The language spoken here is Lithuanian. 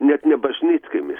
net ne bažnytkaimis